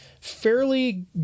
fairly